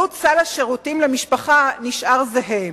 עלות סל השירותים למשפחה נשארת זהה,